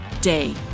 day